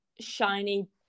shiny